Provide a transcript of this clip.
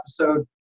episode